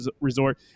resort